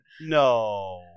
no